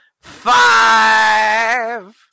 five